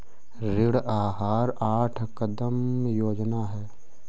ऋण आहार आठ कदम योजना है